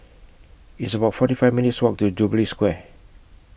It's about forty five minutes' Walk to Jubilee Square